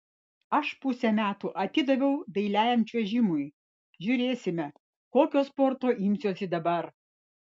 aš pusę metų atidaviau dailiajam čiuožimui žiūrėsime kokio sporto imsiuosi dabar